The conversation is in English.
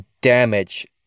damage